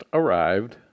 arrived